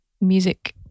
music